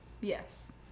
Yes